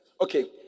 Okay